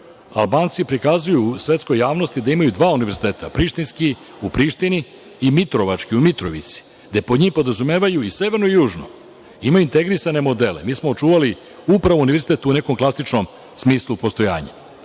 Albanci prikazuju svetskoj javnosti da imaju dva univerziteta prištinski u Prištini i mitrovački u Mitrovici, gde po njih podrazumevaju i severnu i južnu. Imaju integrisane modele. Mi smo očuvali upravo univerzitet u nekom klasičnom smislu postojanja. Tako